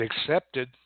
accepted